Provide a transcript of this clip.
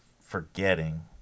forgetting